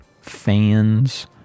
fans